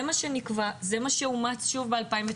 זה מה שנקבע, זה מה שאומץ שוב ב-2019,